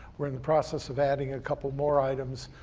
are in the process of adding a couple more items,